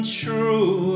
true